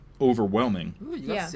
overwhelming